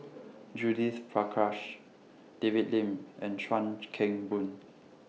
Judith Prakash David Lim and Chuan Keng Boon